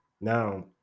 Now